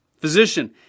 Physician